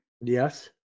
Yes